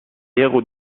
hagut